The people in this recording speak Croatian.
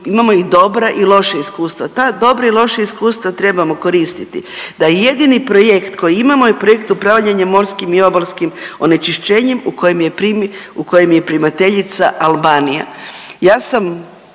imamo i dobra i loša iskustva. Ta dobra i loša iskustva trebamo koristiti. Da jedini projekt koji imamo je projekt upravljanja morskim i obalskim onečišćenjem u kojem je primateljica Albanija. Ja sam